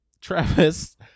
Travis